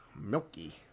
milky